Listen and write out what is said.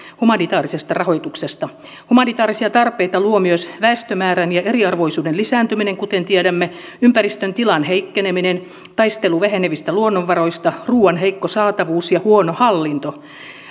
humanitaarisesta rahoituksesta humanitaarisia tarpeita luovat myös väestömäärän ja eriarvoisuuden lisääntyminen kuten tiedämme ympäristön tilan heikkeneminen taistelu vähenevistä luonnonvaroista ruuan heikko saatavuus ja huono hallinto